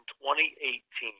2018